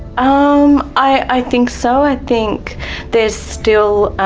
um i think so, i think there's still